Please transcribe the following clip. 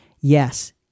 Yes